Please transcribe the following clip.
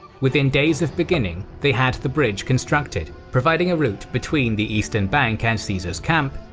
within days of beginning, they had the bridge constructed, providing a route between the eastern bank and caesar's camp,